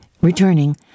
Returning